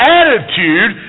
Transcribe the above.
attitude